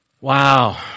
Wow